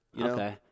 Okay